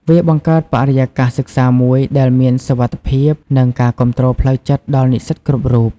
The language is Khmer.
វាបង្កើតបរិយាកាសសិក្សាមួយដែលមានសុវត្ថិភាពនិងការគាំទ្រផ្លូវចិត្តដល់និស្សិតគ្រប់រូប។